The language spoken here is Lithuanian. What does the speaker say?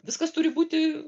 viskas turi būti